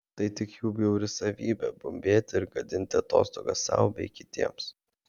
tai tik jų bjauri savybė bumbėti ir gadinti atostogas sau bei kitiems